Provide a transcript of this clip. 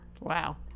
Wow